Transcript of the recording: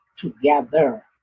together